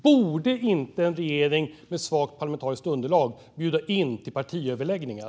Borde inte en regering med svagt parlamentariskt underlag bjuda in till partiöverläggningar?